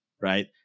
right